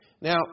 Now